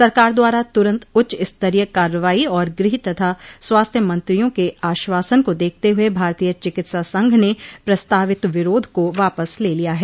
सरकार द्वारा तुरंत उच्च स्तरीय कार्रवाइ और गृह तथा स्वास्थ्य मंत्रियों क आश्वासन को देखते हुए भारतीय चिकित्सा संघ ने प्रस्तावित विरोध को वापस ले लिया है